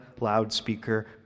loudspeaker